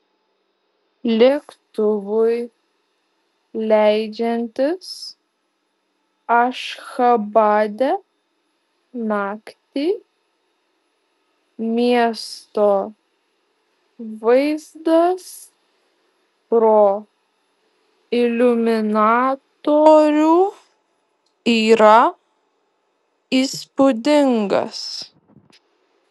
lėktuvui leidžiantis ašchabade naktį miesto vaizdas pro iliuminatorių yra įspūdingas